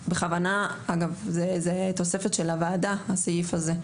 אגב, זה תוספת של הוועדה הסעיף הזה.